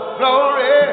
glory